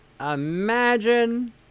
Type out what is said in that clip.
Imagine